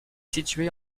située